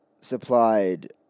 supplied